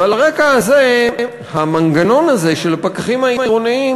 ועל הרקע הזה המנגנון הזה של הפקחים העירוניים